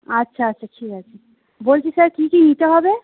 আচ্ছা আচ্ছা ঠিক আছে বলছি স্যার কী কী নিতে হবে